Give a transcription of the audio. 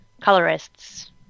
colorists